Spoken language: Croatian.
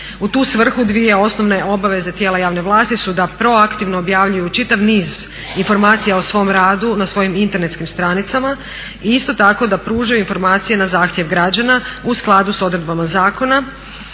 U tu svrhu dvije osnovne obaveze tijela javne vlasti su da proaktivno objavljuju čitav niz informacija o svom radu na svojim internetskim stranicama i isto tako da pružaju informacije na zahtjev građana u skladu sa odredbama zakona